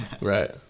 right